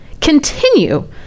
continue